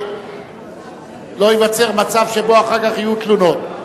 שלא ייווצר מצב שבו אחר כך יהיו תלונות.